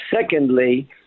secondly